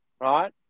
right